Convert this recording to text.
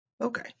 Okay